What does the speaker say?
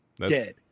dead